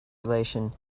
relation